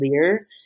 clear